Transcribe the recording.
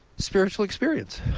spiritual experience,